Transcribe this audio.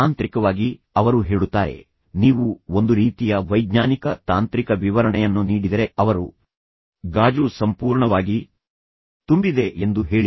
ತಾಂತ್ರಿಕವಾಗಿ ಅವರು ಹೇಳುತ್ತಾರೆ ನೀವು ಒಂದು ರೀತಿಯ ವೈಜ್ಞಾನಿಕ ತಾಂತ್ರಿಕ ವಿವರಣೆಯನ್ನು ನೀಡಿದರೆ ಅವರು ಗಾಜು ಸಂಪೂರ್ಣವಾಗಿ ತುಂಬಿದೆ ಎಂದು ಹೇಳಿ